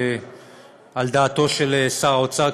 על דעתו של שר האוצר,